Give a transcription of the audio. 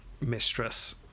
mistress